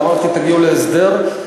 אמרתי: תגיעו להסדר.